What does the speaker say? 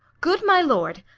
good my lord,